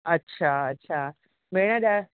अच्छा अच्छा भेण ॾ